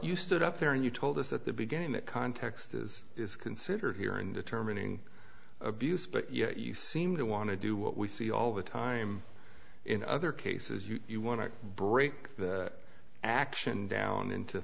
used up there and you told us at the beginning that context is is considered here in determining abuse but yet you seem to want to do what we see all the time in other cases you want to break the action down into